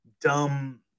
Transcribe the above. dumb